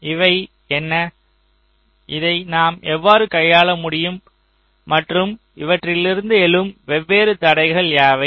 இவை என்ன இதை நாம் எவ்வாறு கையாள முடியும் மற்றும் இவற்றிலிருந்து எழும் வெவ்வேறு தடைகள் யாவை